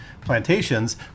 plantations